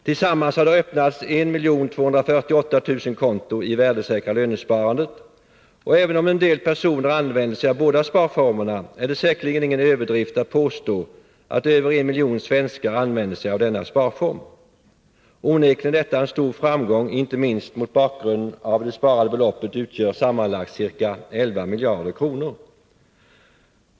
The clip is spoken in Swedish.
Tillsammans har det öppnats 1 248 000 konton i värdesäkra lönesparandet, och även om en del personer använt sig av båda sparformerna är det säkerligen ingen överdrift att påstå att över en miljon svenskar använder sig av denna sparform. Onekligen är detta en stor framgång inte minst mot bakgrund av att det sparade beloppet utgör sammanlagt ca 11 miljarder kronor.